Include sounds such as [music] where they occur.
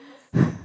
[breath]